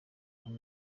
akaba